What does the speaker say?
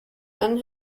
and